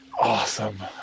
Awesome